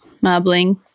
marbling